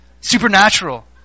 Supernatural